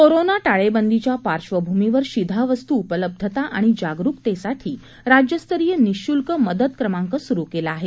corona टाळेबंदीच्या पार्श्वभूमीवर शिधावस्तू उपलब्धता आणि जागरुकतेसाठी राज्यस्तरीय निशुल्क मदत क्रमांक सुरु केला आहे